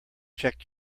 check